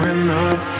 enough